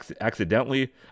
accidentally